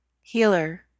healer